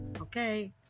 Okay